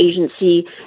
agency